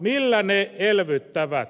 millä ne elvyttävät